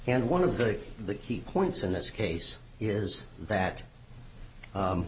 and one of the key points in this case is that